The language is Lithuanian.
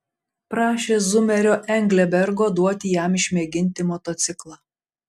prašė zumerio englebergo duoti jam išmėginti motociklą